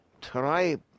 tribe